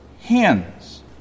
hands